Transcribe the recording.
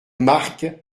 marcq